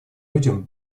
людям